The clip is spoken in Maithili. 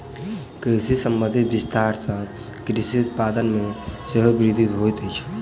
कृषि संबंधी विस्तार सॅ कृषि उत्पाद मे सेहो वृद्धि होइत अछि